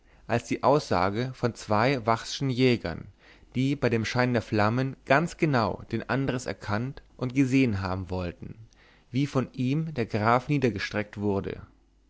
als die aussage von zwei vachschen jägern die bei dem schein der flammen ganz genau den andres erkannt und gesehen haben wollten wie von ihm der graf niedergestreckt wurde